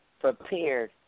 prepared